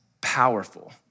powerful